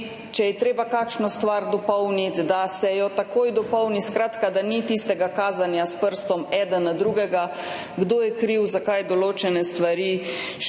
če je treba kakšno stvar dopolniti, da se jo takoj dopolni. Skratka, da ni tistega kazanja s prstom enega na drugega, kdo je kriv, zakaj določene stvari še